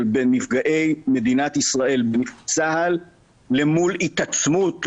בנפגעי מדינת ישראל בצה"ל למול התעצמות,